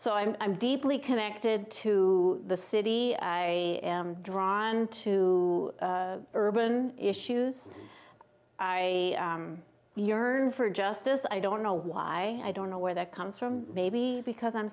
so i'm i'm deeply connected to the city drawn to urban issues i yearn for justice i don't know why i don't know where that comes from maybe because i'm